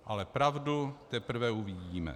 Ale pravdu teprve uvidíme.